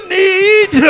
need